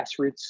grassroots